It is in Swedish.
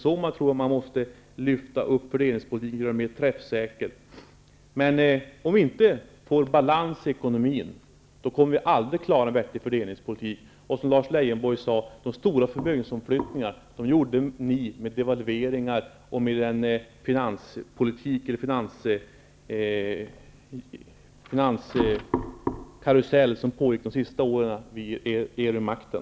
Så tror jag att man måste lyfta upp fördelningspolitiken och göra den mer träffsäker. Men om vi inte får balans i ekonomin kommer vi aldrig att klara en vettig fördelningspolitik. Som Lars Leijonborg sade, de stora förmögenhetsomflyttningarna gjorde ni med devalveringar och med den finanskarusell som pågick de sista åren med er vid makten.